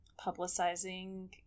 publicizing